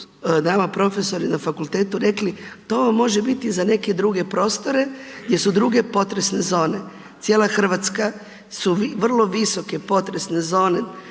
nama profesori na fakultetu rekli to vam može biti za neke druge prostore jer su druge potresne zone. Cijela Hrvatska su vrlo visoke potresne zone